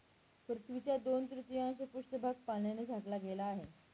पृथ्वीचा दोन तृतीयांश पृष्ठभाग पाण्याने झाकला गेला आहे